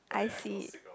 I see